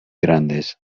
grandes